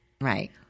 right